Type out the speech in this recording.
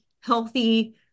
healthy